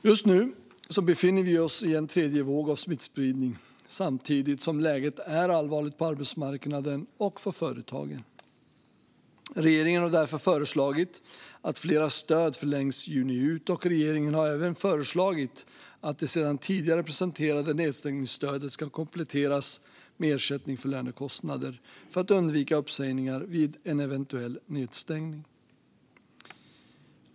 Just nu befinner vi oss i en tredje våg av smittspridning, samtidigt som läget är allvarligt på arbetsmarknaden och för företagen. Regeringen har därför föreslagit att flera stöd förlängs juni ut, och regeringen har även föreslagit att det sedan tidigare presenterade nedstängningsstödet ska kompletteras med ersättning för lönekostnader för att undvika uppsägningar vid en eventuell nedstängning.